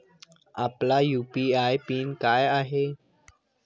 आपला UPI PIN काय आहे?